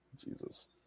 Jesus